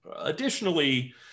Additionally